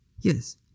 Yes